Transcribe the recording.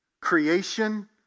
creation